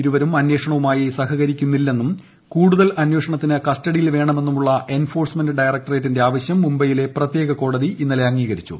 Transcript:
ഇരുവരും അന്വേഷണവുമായി സഹകരിക്കുന്നില്ലെന്നും കൂടുതൽ അന്വേഷണത്തിന് കസ്റ്റഡിയിൽ വേണമെന്നുമുള്ള എൻഫോഴ്സ്മെന്റ് ഡയറക്ടറേറ്റിന്റെ ആവശ്യം മുംബൈയിലെ പ്രത്യേക കോടതി ഇന്നലെ അംഗീകരിച്ചു